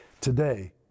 Today